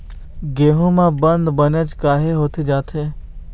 गेहूं म बंद बनेच काहे होथे जाथे?